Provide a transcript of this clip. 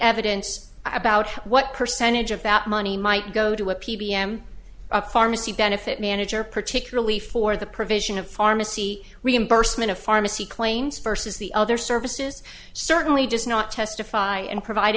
evidence about what percentage of that money might go to a p b m a pharmacy benefit manager particularly for the provision of pharmacy reimbursement of pharmacy claims versus the other services certainly does not testify and provide